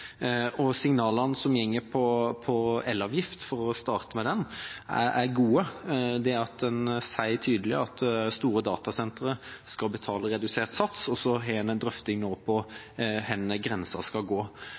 Og signalene som går på elavgift, for å starte med den, er gode – det at en sier tydelig at store datasentre skal betale redusert sats. Så har man en drøfting nå på hvor grensa skal gå.